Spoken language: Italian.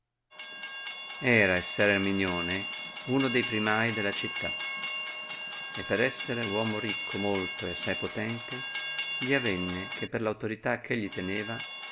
era messer erminione uno de primai della città e per esser uomo ricco molto e assai potente gli avenne che per autorità eh egli teneva